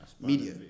media